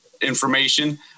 information